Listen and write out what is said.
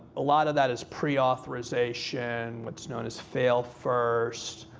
a lot of that is pre-authorization, what's known as fail first,